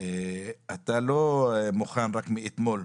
אתה לא מוכן רק מאתמול,